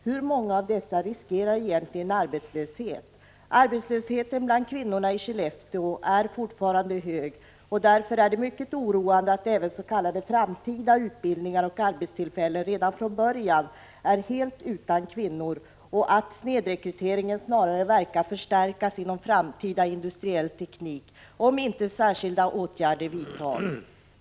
Hur många av dessa riskerar egentligen arbetslöshet? Arbetslösheten bland kvinnorna i Skellefteå är fortfarande hög, och därför är det mycket oroande att s.k. framtida utbildningar och arbetstillfällen redan från början är helt utan kvinnor och att snedrekryteringen snarast verkar förstärkas inom framtida industriell teknik om inte särskilda åtgärder vidtas.